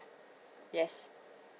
yes